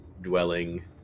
dwelling